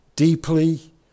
Deeply